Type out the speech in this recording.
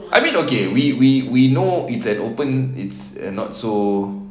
I mean okay we we we know it's an open it's uh not so